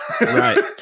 Right